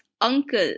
uncle